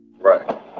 right